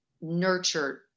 nurtured